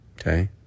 Okay